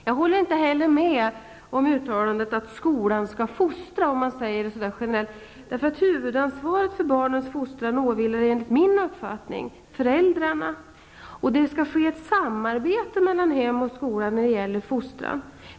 Jag håller inte heller med om uttalandet att skolan skall fostra, om det sägs så där generellt. Huvudansvaret för barnens fostran åvilar enligt min uppfattning föräldrarna, och det skall ske ett samarbete mellan hem och skola när det gäller fostran.